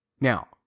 Now